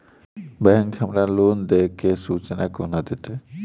Bank हमरा loan देय केँ सूचना कोना देतय?